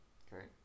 okay